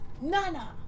Nana